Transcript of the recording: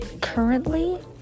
currently